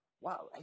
Wow